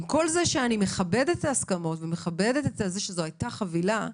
עם כל זה שאני מכבדת הסכמות ושזו היתה חבילה,